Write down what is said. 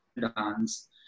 dance